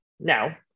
Now